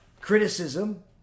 criticism